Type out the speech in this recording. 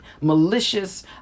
malicious